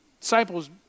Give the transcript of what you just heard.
Disciples